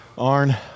Arn